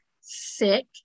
sick